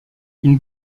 une